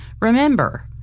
Remember